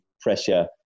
pressure